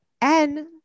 And-